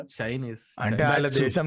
Chinese